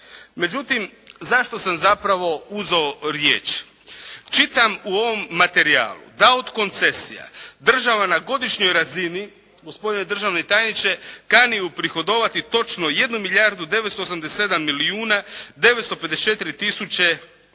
Međutim, zašto sam zapravo uzeo riječ. Čitam u ovom materijalu da od koncesija država na godišnjoj razni, gospodine državni tajniče, kani uprihodovati točno 1